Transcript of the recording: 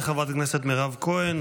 תודה לחברת הכנסת מירב כהן.